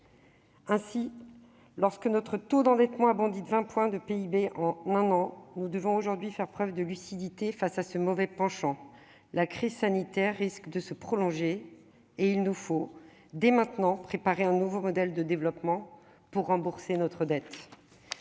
Alors que notre taux d'endettement a bondi de 20 points de PIB en un an, nous devons faire preuve de lucidité face à ce mauvais penchant. La crise sanitaire risque de se prolonger, et il nous faut, dès maintenant, préparer un nouveau modèle de développement pour rembourser notre dette.